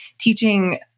teaching